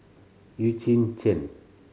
Eugene Chen